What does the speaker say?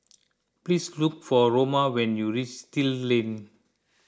please look for Roma when you reach Still Lane